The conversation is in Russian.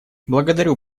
благодарю